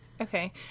Okay